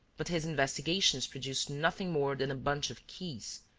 but his investigations produced nothing more than a bunch of keys,